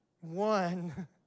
One